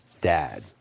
dad